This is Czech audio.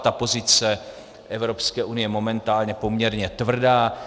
Ta pozice Evropské unie je momentálně poměrně tvrdá.